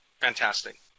Fantastic